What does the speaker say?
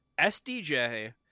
SDJ